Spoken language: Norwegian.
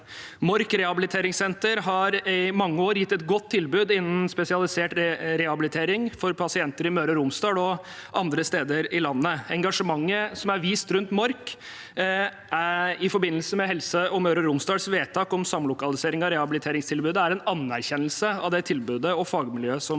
Mork rehabiliteringssenter har i mange år gitt et godt tilbud innen spesialisert rehabilitering for pasienter i Møre og Romsdal og andre steder i landet. Engasjementet som er vist rundt Mork i forbindelse med Helse Møre og Romsdals vedtak om samlokalisering av rehabiliteringstilbudet, er en anerkjennelse av tilbudet og fagmiljøet som er ved Mork.